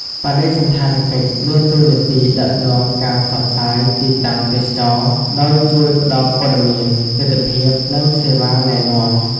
បដិសណ្ឋារកិច្ចមានតួនាទីដឹកនាំការផ្សព្វផ្សាយទីតាំងទេសចរណ៍ ដោយជួយផ្ដល់ព័ត៌មាន ទិដ្ឋភាព និងសេវាណែនាំ។